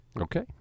Okay